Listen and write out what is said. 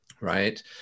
right